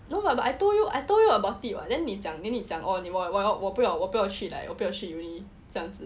no lah but I told you I told you about it [what] then 你讲 then 你讲 oh 我不要我不要去 like 我不要去 uni 这样子